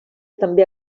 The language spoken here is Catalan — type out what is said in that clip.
també